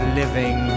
living